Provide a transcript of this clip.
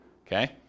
Okay